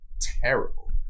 terrible